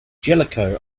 jellicoe